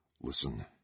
Listen